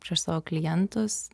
prieš savo klientus